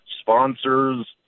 sponsors